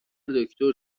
دکتر